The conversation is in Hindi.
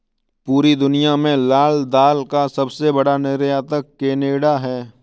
पूरी दुनिया में लाल दाल का सबसे बड़ा निर्यातक केनेडा है